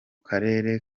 karere